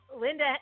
Linda